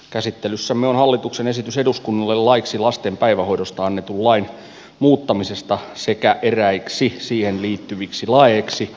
käsittelyssämme on hallituksen esitys eduskunnalle laiksi lasten päivähoidosta annetun lain muuttamisesta sekä eräiksi siihen liittyviksi laeiksi